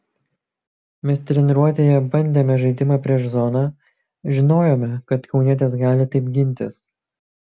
mes treniruotėje bandėme žaidimą prieš zoną žinojome kad kaunietės gali taip gintis